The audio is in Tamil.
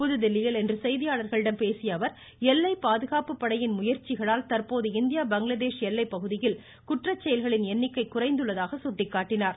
புதுதில்லியில் இன்று செய்தியாளர்களிடம் பேசிய அவர் எஸ்லை பாதுகாப்பு படையின் முயற்சிகளால் தற்போது இந்தியா பங்களாதேஷ் எல்லை பகுதிகளில் குற்ற செயல்களின் எண்ணிக்கை குறைந்துள்ளதாக சுட்டிக்காட்டினார்